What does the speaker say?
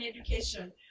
education